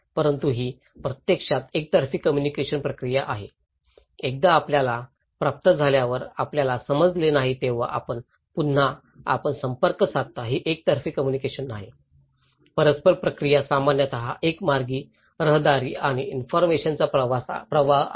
परंतु ही प्रत्यक्षात एकतर्फी कम्युनिकेशन प्रक्रिया आहे एकदा आपल्याला प्राप्त झाल्यावर आपल्याला समजले नाही तेव्हा आपण पुन्हा आपण संपर्क साधता ही एकतर्फी कम्युनिकेशन नाही परस्पर प्रक्रिया सामान्यतः एकमार्गी रहदारी आणि इन्फॉरमेशनचा प्रवाह आहे